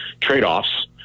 trade-offs